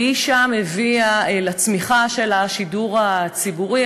ושם היא הביאה לצמיחה של השידור הציבורי.